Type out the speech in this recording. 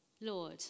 Lord